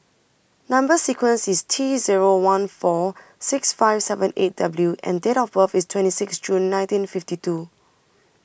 Number sequence IS T Zero one four six five seven eight W and Date of birth IS twenty six June nineteen fifty two